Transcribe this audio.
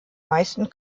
meisten